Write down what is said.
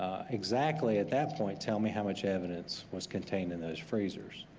exactly at that point, tell me how much evidence was contained in those freezers.